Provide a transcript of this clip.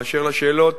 באשר לשאלות